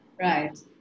Right